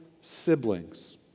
siblings